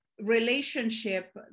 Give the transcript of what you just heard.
relationship